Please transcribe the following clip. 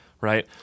right